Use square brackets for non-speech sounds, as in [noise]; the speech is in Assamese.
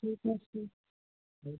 [unintelligible]